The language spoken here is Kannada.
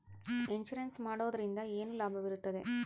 ಇನ್ಸೂರೆನ್ಸ್ ಮಾಡೋದ್ರಿಂದ ಏನು ಲಾಭವಿರುತ್ತದೆ?